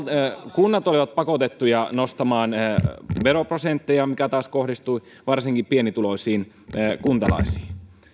kunnat olivat pakotettuja nostamaan veroprosentteja mikä taas kohdistui varsinkin pienituloisiin kuntalaisiin